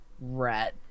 red